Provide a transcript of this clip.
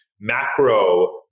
macro-